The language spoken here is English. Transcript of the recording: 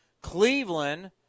Cleveland